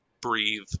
breathe